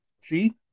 see